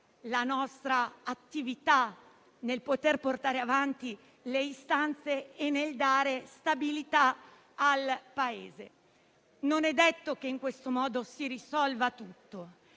la nostra attività nel portare avanti le istanze e nel dare stabilità al Paese. Non è detto che in questo modo si risolva tutto,